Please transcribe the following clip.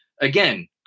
Again